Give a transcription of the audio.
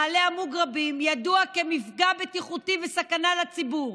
מעלה המוגרבים, ידוע כמפגע בטיחותי וסכנה לציבור,